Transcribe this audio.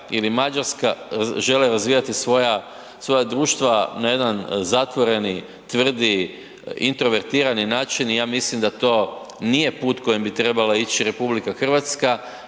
ili Mađarska žele razvijati svoja društva na jedan zatvoreni, tvrdi introvertirani način i ja mislim da to nije put kojim bi trebala ići RH. Ja mislim